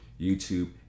YouTube